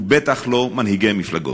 ובטח לא מנהיגי מפלגות.